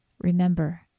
remember